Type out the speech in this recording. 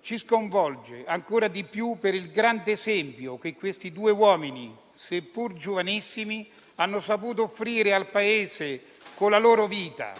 ci sconvolge ancora di più per il grande esempio che questi due uomini, seppur giovanissimi, hanno saputo offrire al Paese con la loro vita,